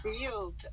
field